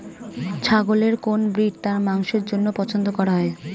ছাগলের কোন ব্রিড তার মাংসের জন্য পছন্দ করা হয়?